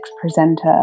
presenter